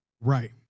Right